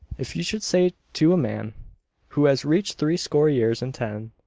if you should say to a man who has reached three score years and ten,